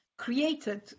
created